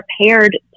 prepared